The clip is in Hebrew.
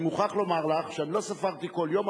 אני מוכרח לומר שאני לא ספרתי כל יום,